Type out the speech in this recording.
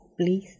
Please